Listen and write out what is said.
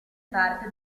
parte